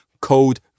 code